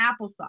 applesauce